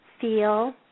feel